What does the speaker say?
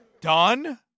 Done